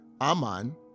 aman